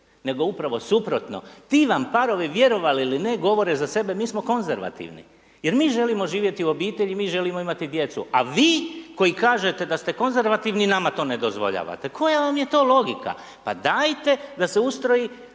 nego upravo suprotno, ti vam parovi vjerovali ili ne, govore za sebe mi smo konzervativni, jer mi želimo živjeti u obitelji, mi želimo imati djecu, a vi koji kažete da ste konzervativni, nama to ne dozvoljavate. Koja vam je to logika? Pa dajte da se ustroji,